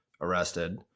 arrested